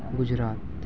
Gujarat